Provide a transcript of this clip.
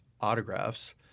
autographs